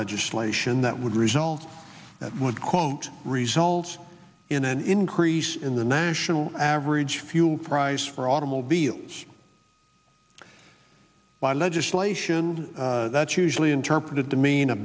legislation that would result would quote result in an increase in the national average fuel price for automobiles by legislation that's usually interpreted to mean a